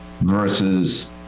versus